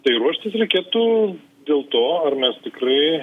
tai ruoštis reikėtų dėl to ar mes tikrai